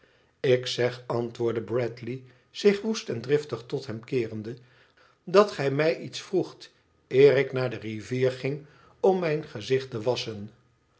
ik zeg antwoordde bradley zich woest en driftig tot hem keerende dat gij mij iets vroegt eer ik naar de rivier ging om mijn gezicht te wasschen